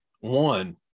one